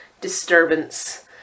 disturbance